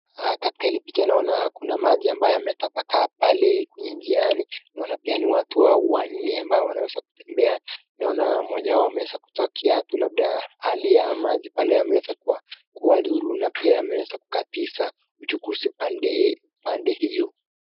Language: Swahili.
katika haya picha naona kuna maji ambaye yametapakaa pale naona pia ni watu wa nne ambayo wanaweza kutembea. naona moja wao amewezakuvaa kiatu labda hali ya maji pale yameweza kuwadhuru na pia yameweza kukatisha uchukuzi pande hiyo.